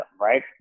right